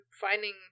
finding